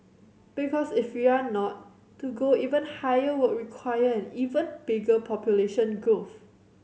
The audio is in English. because if you are not to go even higher would require an even bigger population growth